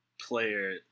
player